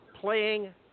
playing